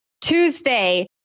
Tuesday